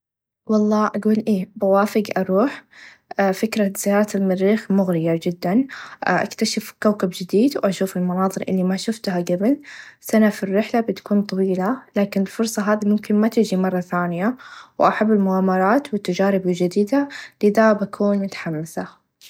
و الله أقول إي بوافق أروح فكره زياره المريخ مغريه چدا أكتشف كوكب چديد و أشوف المناظر إلي ما شفتها قبل سنه في الرحله بتكون طويله لاكن الفرصه هاذي ممكن ما تچي مره ثانيه و أحب المغامرات و التچارب الچديده لذا بكون متحمسه.